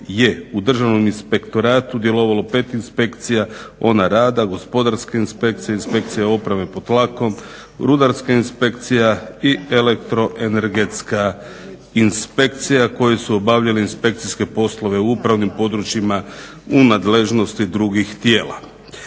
u Državnom inspektoratu djelovalo 5 inspekcija ona rada, Gospodarska inspekcija, Inspekcija opreme pod tlakom, Rudarska inspekcija i Elektroenergetska inspekcija koji su obavljali inspekcijske poslove u upravnim područjima u nadležnosti drugih tijela.